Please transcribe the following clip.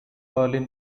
berlin